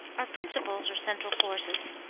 our principles are central forces,